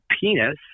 penis